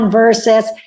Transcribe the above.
versus